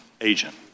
agent